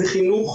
זה חינוך,